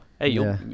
hey